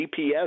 GPS